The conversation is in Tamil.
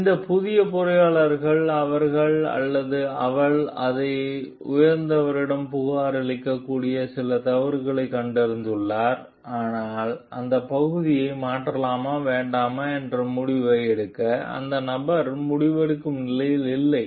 எனவே இந்த புதிய பொறியியலாளர் அவர் அல்லது அவள் அதை உயர்ந்தவரிடம் புகாரளிக்கக்கூடிய சில தவறுகளைக் கண்டறிந்துள்ளார் ஆனால் அந்த பகுதிகளை மாற்றலாமா வேண்டாமா என்ற முடிவை எடுக்க அந்த நபர் முடிவெடுக்கும் நிலையில் இல்லை